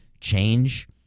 change